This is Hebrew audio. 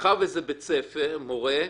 -- מאחר שזה בית ספר, מורה,